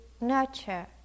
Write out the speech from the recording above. nurture